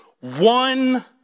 one